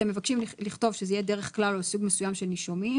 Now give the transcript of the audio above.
אתם מבקשים לקבוע שזה יהיה דרך כלל או סוג מסוים של נישומים.